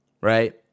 Right